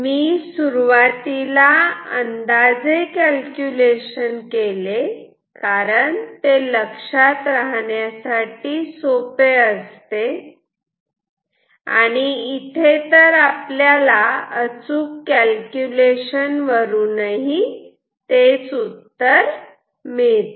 मी सुरुवातीला अंदाजे कॅल्क्युलेशन केले कारण ते लक्षात राहण्यासाठी सोपे असते पण इथे आपल्याला अचूक कॅल्क्युलेशन वरूनही तेच उत्तर मिळते